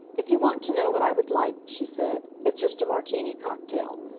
if you want to know what i would like, she said, it's just a martini cocktail.